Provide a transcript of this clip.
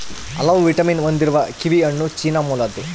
ಹಲವು ವಿಟಮಿನ್ ಹೊಂದಿರುವ ಕಿವಿಹಣ್ಣು ಚೀನಾ ಮೂಲದ್ದು